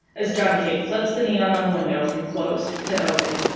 as johnnycake flips the neon on the window from closed to open.